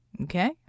Okay